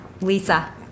Lisa